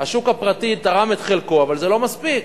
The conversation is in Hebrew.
השוק הפרטי תרם את חלקו, אבל זה לא מספיק.